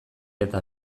eta